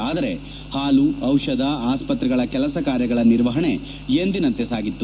ಆದರೆ ಹಾಲು ಔಷಧ ಆಸ್ಪತ್ರೆಗಳ ಕೆಲಸ ಕಾರ್ಯಗಳ ನಿರ್ವಹಣೆ ಎಂದಿನಂತೆ ಸಾಗಿತ್ತು